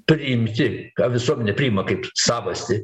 priimti ką visuomenė priima kaip savastį